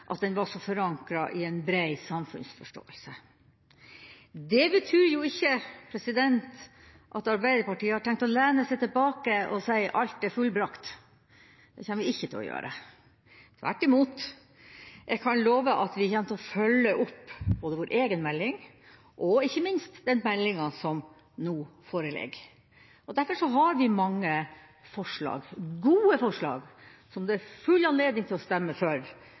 at den var forankra i en brei samfunnsforståelse. Det betyr jo ikke at Arbeiderpartiet har tenkt å lene seg tilbake og si: Alt er fullbrakt. Det kommer vi ikke til å gjøre. Tvert imot, jeg kan love at vi kommer til å følge opp både vår egen melding og ikke minst den meldinga som nå foreligger. Derfor har vi mange forslag, gode forslag som det er full anledning til å stemme for